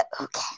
Okay